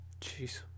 Jeez